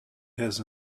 has